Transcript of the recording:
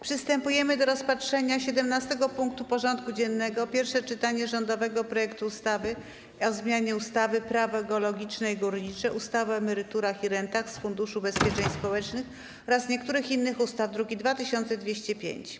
Przystępujemy do rozpatrzenia punktu 17. porządku dziennego: Pierwsze czytanie rządowego projektu ustawy o zmianie ustawy - Prawo geologiczne i górnicze, ustawy o emeryturach i rentach z Funduszu Ubezpieczeń Społecznych oraz niektórych innych ustaw (druk nr 2205)